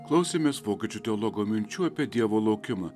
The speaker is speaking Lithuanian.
klausėmės vokiečių teologo minčių apie dievo laukimą